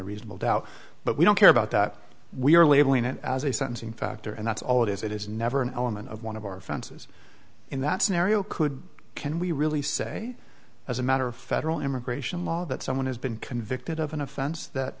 a reasonable doubt but we don't care about that we're labeling it as a sentencing factor and that's all it is it is never an element of one of our offenses in that scenario could can we really say as a matter of federal immigration law that someone has been convicted of an offense that